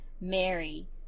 Mary